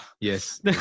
yes